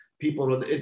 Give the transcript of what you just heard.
people